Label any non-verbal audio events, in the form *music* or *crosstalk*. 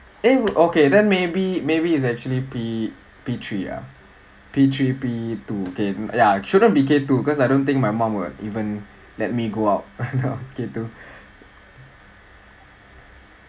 eh okay then maybe maybe it's actually P~ P three ah P three P two then ya shouldn't be K two because I don't think my mum would even let me go out *laughs* when I was K two